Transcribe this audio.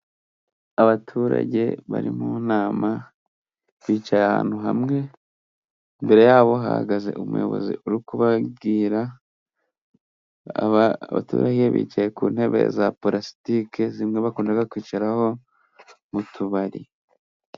Abaturage bari mu nama bicaye ahantu hamwe, imbere yabo hahagaze umuyobozi uri kubabwira. Abaturage bicaye ku ntebe za pulasitike, zimwe bakunda kwicaraho mu tubari.